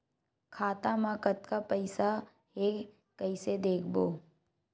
खाता मा कतका पईसा हे कइसे देखबो?